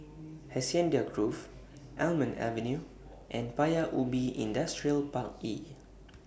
Hacienda Grove Almond Avenue and Paya Ubi Industrial Park E